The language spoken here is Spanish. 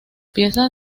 piezas